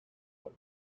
both